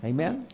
Amen